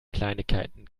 kleinigkeiten